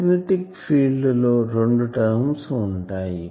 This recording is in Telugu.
మాగ్నెటిక్ ఫీల్డ్ లో రెండు టర్మ్స్ ఉంటాయి